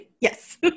Yes